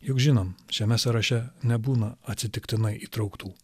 juk žinom šiame sąraše nebūna atsitiktinai įtrauktų